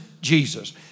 Jesus